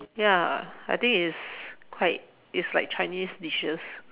ya I think it's quite it's like Chinese dishes